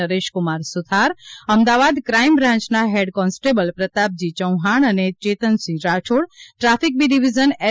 Nareshkumar Suthar Ahmedabad crime બ્રાન્ચના head constable Pratapji Chauhan અને Chetansinh Rathod traffic B division એ